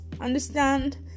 understand